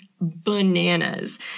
bananas